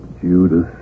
Judas